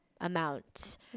amount